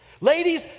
Ladies